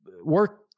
work